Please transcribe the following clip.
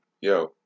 yo